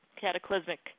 cataclysmic